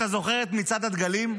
אתה זוכר את מצעד הדגלים,